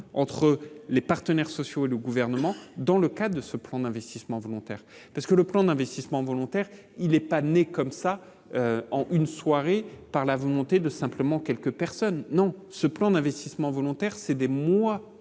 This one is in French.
entre les partenaires sociaux et le gouvernement, dans le cas de ce plan d'investissement volontaire parce que le plan d'investissement volontaire, il est pas né comme ça en une soirée, par la volonté de simplement quelques personnes non ce plan d'investissement volontaire c'est des mois